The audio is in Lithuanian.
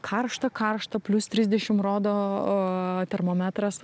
karšta karšta plius trisdešim rodo a termometras